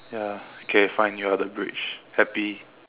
ya okay fine you're the bridge happy